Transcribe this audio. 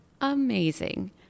amazing